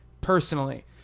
personally